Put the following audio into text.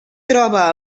troba